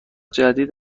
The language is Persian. جدید